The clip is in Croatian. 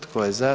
Tko je za?